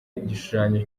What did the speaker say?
igishushanyo